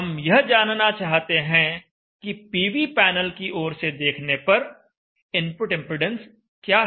हम यह जानना चाहते हैं कि पीवी पैनल की ओर से देखने पर इनपुट इंपेडेंस क्या है